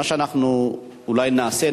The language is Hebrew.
מה שאנחנו אולי נעשה,